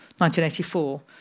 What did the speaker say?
1984